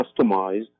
customized